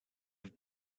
have